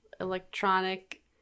electronic